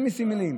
מיסים מלאים.